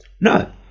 No